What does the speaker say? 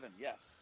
yes